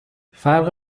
فرق